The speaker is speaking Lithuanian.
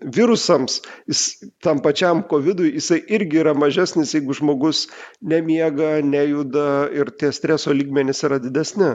virusams jis tam pačiam kovidui jisai irgi yra mažesnis jeigu žmogus nemiega nejuda ir streso lygmenys yra didesni